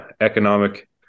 economic